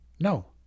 no